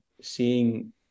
seeing